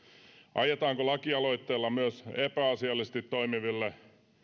ajetaanko lakialoitteella myös epäasiallisesti toimiville